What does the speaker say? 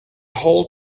whole